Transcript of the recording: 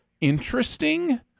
interesting